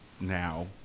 now